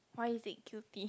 why is it guilty